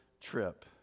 trip